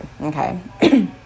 okay